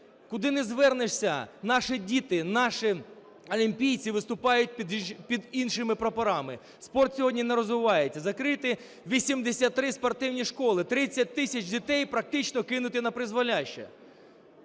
Куди не звернешся, наші діти, наші олімпійці виступають під іншими прапорами. Спорт сьогодні не розвивається, закриті 83 спортивні школи. 30 тисяч дітей практично кинуті напризволяще.